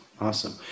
Awesome